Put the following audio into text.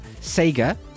Sega